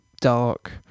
dark